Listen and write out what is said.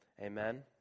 Amen